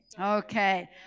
Okay